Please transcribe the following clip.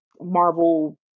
Marvel